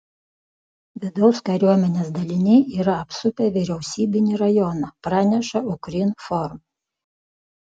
vidaus kariuomenės daliniai yra apsupę vyriausybinį rajoną praneša ukrinform